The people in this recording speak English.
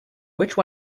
which